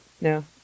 No